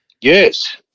Yes